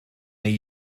neu